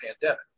pandemic